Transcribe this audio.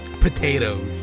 potatoes